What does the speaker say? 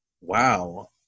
wow